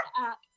app